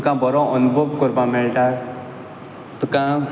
तुका बरो अणभव करपा मेळटा तुका